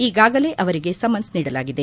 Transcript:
ಈಗಾಗಲೇ ಅವರಿಗೆ ಸಮನ್ಸ್ ನೀಡಲಾಗಿದೆ